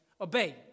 obey